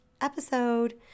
episode